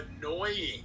annoying